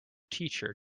teacher